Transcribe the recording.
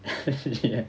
ya